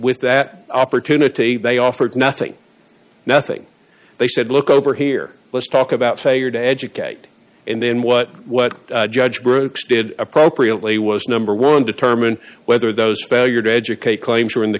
with that opportunity they offered nothing nothing they said look over here let's talk about failure to educate and then what what judge groups did appropriately was number one determine whether those failure to educate claims were in the